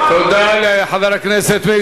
ואני אומר לחברי הכנסת, אל